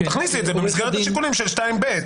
תכניסי את זה במסגרת השיקולים של 2(ב).